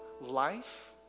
life